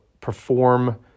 perform